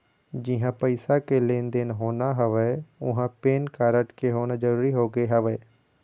जिहाँ पइसा के लेन देन होना हवय उहाँ पेन कारड के होना जरुरी होगे हवय